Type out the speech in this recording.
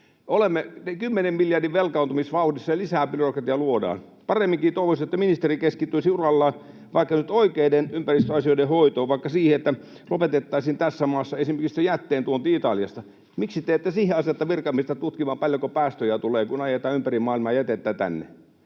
kymmenen miljardin velkaantumisvauhdissa, ja lisää byrokratiaa luodaan. Paremminkin toivoisin, että ministeri keskittyisi urallaan vaikka nyt oikeiden ympäristöasioiden hoitoon, vaikka siihen, että lopetettaisiin tässä maassa esimerkiksi jätteen tuonti Italiasta. Miksi te ette siihen aseta virkamiestä tutkimaan, paljonko päästöjä tulee, kun ajetaan ympäri maailmaa jätettä tänne?